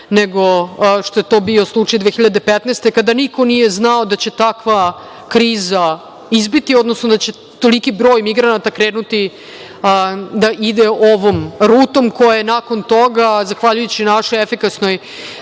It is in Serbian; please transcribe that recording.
nego što je to bio slučaj 2015. godine kada niko nije znao da će takva kriza ispiti, odnosno da će toliki broj migranata krenuti da ide ovom rutom koja je nakon toga, zahvaljujući našoj efikasnoj